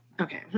Okay